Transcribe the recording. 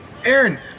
Aaron